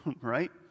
right